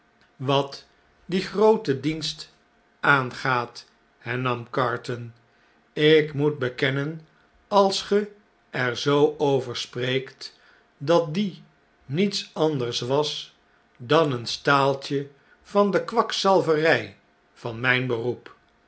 wat dien grooten dienst aangaat hernam carton ik moet bekennen als ge er zoo over spreekt dat die niets anders was dan een staaltje van de kwakzalverjj van mfln beroep